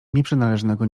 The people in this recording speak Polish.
nieprzynależnego